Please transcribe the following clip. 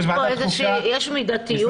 יש פה איזושהי מידתיות גם.